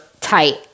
tight